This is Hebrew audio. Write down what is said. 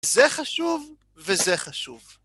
זה חשוב, וזה חשוב.